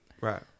Right